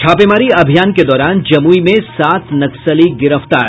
छापेमारी अभियान के दौरान जमुई में सात नक्सली गिरफ्तार